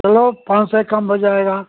चलो पाँच सौ कम हो जाएगा